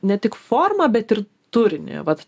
ne tik formą bet ir turinį vat